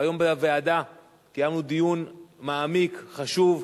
והיום בוועדה קיימנו דיון מעמיק, חשוב,